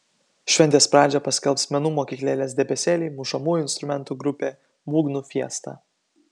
šventės pradžią paskelbs menų mokyklėlės debesėliai mušamųjų instrumentų grupė būgnų fiesta